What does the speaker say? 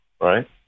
right